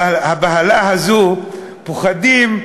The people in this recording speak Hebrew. הבהלה הזאת, פוחדים,